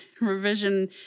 Revision